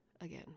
again